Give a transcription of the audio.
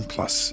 Plus